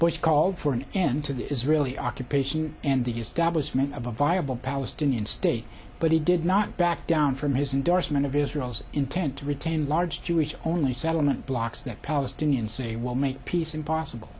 bush called for an end to the israeli occupation and the establishment of a viable palestinian state but he did not back down from his indorsement of israel's intent to retain large jewish only settlement blocks that palestinians say will make peace impossible